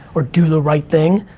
or do the right thing.